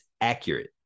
accurate